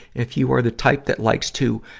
if you are the type that likes to,